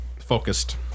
focused